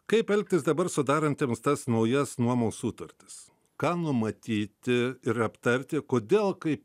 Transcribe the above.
kaip elgtis dabar sudarantiems tas naujas nuomų sutartis ką numatyti ir aptarti kodėl kai